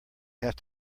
have